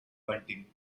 bunting